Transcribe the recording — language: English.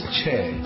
chair